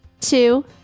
two